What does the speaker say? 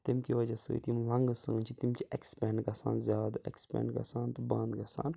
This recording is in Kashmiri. تَمہِ کہِ وَجہ سۭتۍ یِم لنٛگٕس سٲنۍ چھِ تِم چھِ ایٚکٕسپینٛڈَ گَژھان زیادٕ ایٚکٕسپینٛڈ گژھان تہٕ بنٛد گژھان